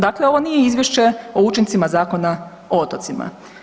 Dakle ovo nije izvješće o učincima Zakona o otocima.